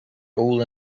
old